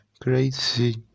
crazy